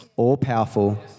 All-powerful